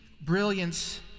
brilliance